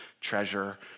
treasure